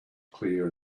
clear